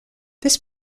this